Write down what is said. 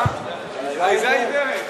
עיזה עיוורת.